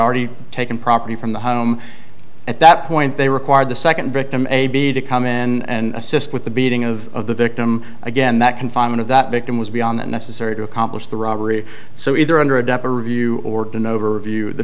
already taken property from the home at that point they required the second victim a b to come in and assist with the beating of the victim again that confinement of that victim was beyond that necessary to accomplish the robbery so either under a depth of view or an overview